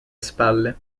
spalle